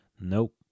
Nope